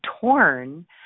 torn